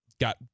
got